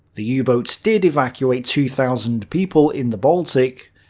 the u-boats did evacuate two thousand people in the baltic,